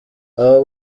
abo